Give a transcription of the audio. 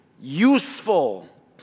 useful